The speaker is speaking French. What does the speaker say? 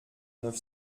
neuf